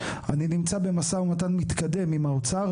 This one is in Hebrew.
אני נמצא במשא ומתן מתקדם עם האוצר